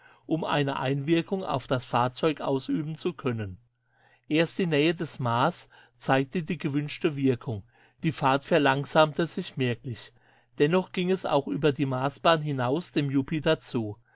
um eine einwirkung auf das fahrzeug ausüben zu können erst die nähe des mars zeigte die gewünschte wirkung die fahrt verlangsamte sich merklich dennoch ging es auch über die marsbahn hinaus dem jupiter zu